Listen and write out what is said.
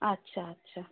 আচ্ছা আচ্ছা